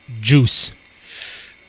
Juice